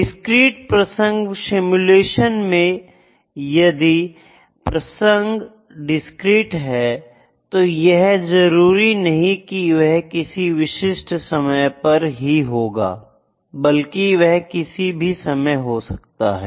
discrete प्रसंग simulation में यदि प्रसंग डिस्क्रीट है तो यह जरूरी नहीं कि वह किसी विशिष्ट समय पर ही होगा बल्कि वह किसी भी समय हो सकता है